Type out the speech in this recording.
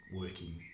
working